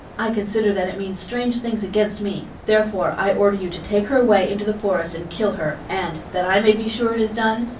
i consider that it means strange things against me, therefore i order you to take her away into the forest and kill her, and, that i may be sure it is done,